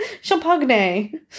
champagne